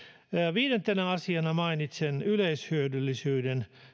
viidentenä asiana mainitsen yleishyödyllisyyden